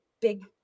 big